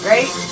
Right